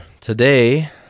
today